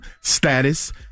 status